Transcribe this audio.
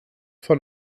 von